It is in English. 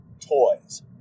toys